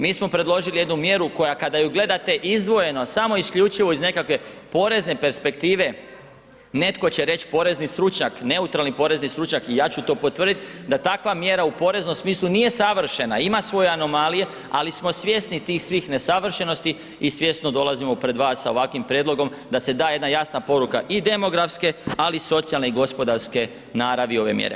Mi smo predložili jednu mjeru koja kada ju gledate izdvojeno samo isključivo iz nekakve porezne perspektive netko će reći, porezni stručnjak, neutralni porezni stručnjak i ja ću to potvrditi, da takva mjera u poreznom smislu nije savršena ima svoje anomalije, ali smo svjesni tih svih nesavršenosti i svjesno dolazimo pred vas sa ovakvim prijedlog da se da jedna jasna poruka i demografske, ali i socijalne i gospodarske naravi ove mjere.